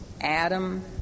Adam